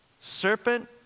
Serpent